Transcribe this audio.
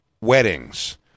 weddings